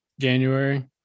January